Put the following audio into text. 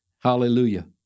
Hallelujah